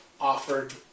offered